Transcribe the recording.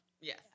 Yes